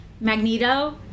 Magneto